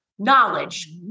Knowledge